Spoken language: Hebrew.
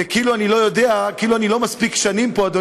וכאילו אני לא מספיק שנים פה לדעת,